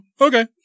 okay